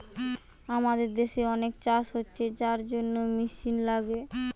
আমাদের দেশে অনেক চাষ হচ্ছে যার জন্যে মেশিন লাগে